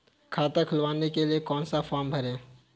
खाता खुलवाने के लिए कौन सा फॉर्म भरें?